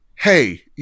Hey